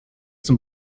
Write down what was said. zum